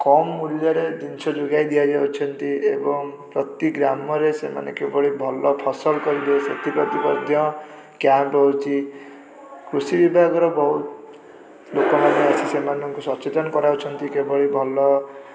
କମ୍ ମୂଲ୍ୟରେ ଜିନିଷ ଯୋଗାଇ ଦିଆଯାଉଛନ୍ତି ଏବଂ ପ୍ରତି ଗ୍ରାମରେ ସେମାନେ କିଭଳି ଭଲ ଫସଲ କରିବେ ସେଥିପ୍ରତି ମଧ୍ୟ କ୍ୟାମ୍ପ୍ ହେଉଛି କୃଷି ବିଭାଗର ବହୁତ ଲୋକମାନେ ସେମାନଙ୍କୁ ସଚେତନ କରାଉଛନ୍ତି କେଉଁଭଳି ଭଲ